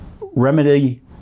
remedy